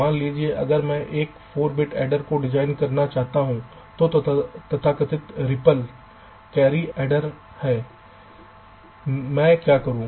मान लीजिए अगर मैं एक 4 बिट एडर को डिजाइन करना चाहता हूं जो तथाकथित रिपल कैरी एडर है मैं क्या करूं